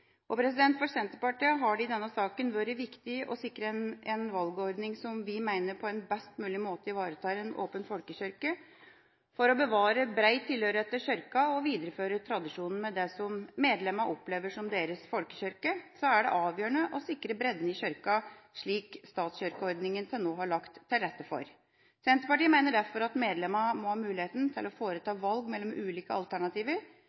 For Senterpartiet har det i denne saken vært viktig å sikre en valgordning som vi mener på en best mulig måte ivaretar en åpen folkekirke. For å bevare bred tilhørighet til Kirken og videreføre tradisjonen med det som medlemmene opplever som deres folkekirke, er det avgjørende å sikre bredden i Kirken, slik statskirkeordninga til nå har lagt til rette for. Senterpartiet mener derfor at medlemmene må ha muligheten til å foreta valg mellom ulike alternativer.